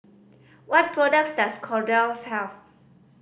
what products does Kordel's have